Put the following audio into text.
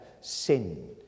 sin